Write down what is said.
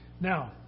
Now